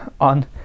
on